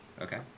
Okay